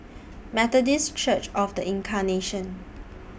Methodist Church of The Incarnation